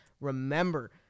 remember